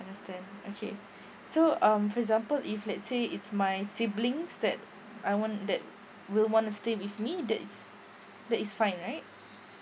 understand okay so um for example if let's say it's my siblings that I want that will want to stay with me that is that is fine right